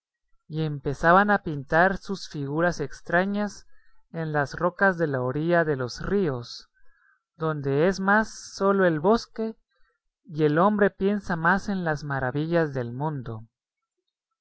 y empezaban a pintar sus figuras extrañas en las rocas de la orilla de los ríos donde es más solo el bosque y el hombre piensa más en las maravillas del mundo